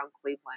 Cleveland